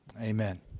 Amen